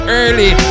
early